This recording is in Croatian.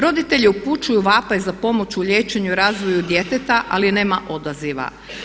Roditelji upućuju vapaj za pomoć u liječenju i razvoju djeteta ali nema odaziva.